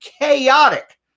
chaotic